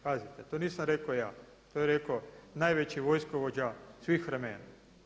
Pazite to nisam rekao ja, to je rekao najveći vojskovođa svih vremena.